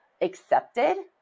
accepted